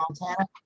Montana